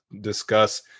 discuss